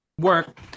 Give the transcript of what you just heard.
Work